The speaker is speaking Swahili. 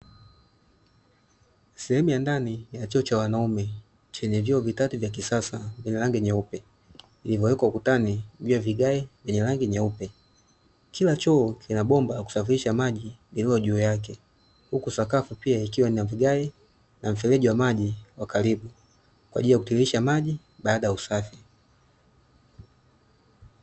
Sehemu ya ndani ya choo cha wanaume, chenye vioo vitatu vya kisasa vina rangi nyeupe vilivyowekwa ukutani juu ya vigae vyenye rangi vyeupe, kila choo kina bomba la kusafirisha maji yaliyo juu yake, huku sakafu pia ikiwa na vigae na mfereji wa maji wa karibu kwa ajili ya kutirirsha maji baada ya usafi.